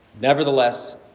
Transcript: nevertheless